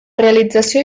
realització